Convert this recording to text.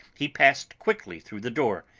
he passed quickly through the door,